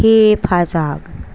हेफाजाब